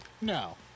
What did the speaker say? No